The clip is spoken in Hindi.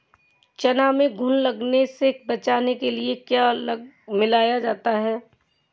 चना में घुन लगने से बचाने के लिए क्या मिलाया जाता है?